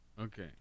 Okay